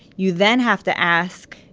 you then have to ask,